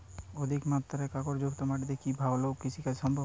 অধিকমাত্রায় কাঁকরযুক্ত মাটিতে কি ভালো কৃষিকাজ সম্ভব?